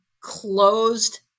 closed